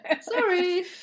Sorry